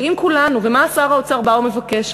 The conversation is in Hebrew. ומה שר האוצר בא ומבקש?